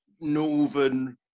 northern